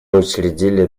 учредили